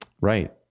Right